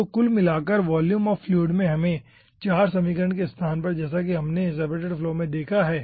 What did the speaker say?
तो कुल मिलाकर वॉल्यूम ऑफ़ फ्लूइड में हमें 4 समीकरण के स्थान पर जैसा कि हमने अपने सेपरेटेड फ्लो में देखा है